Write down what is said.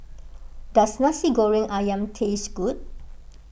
does Nasi Goreng Ayam taste good